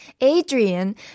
Adrian